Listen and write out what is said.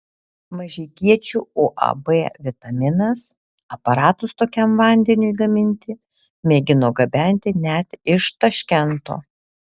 mažeikiečių uab vitaminas aparatus tokiam vandeniui gaminti mėgino gabenti net iš taškento